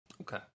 Okay